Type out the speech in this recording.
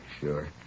Sure